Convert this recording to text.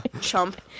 chump